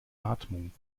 atmung